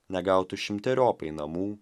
negautų šimteriopai namų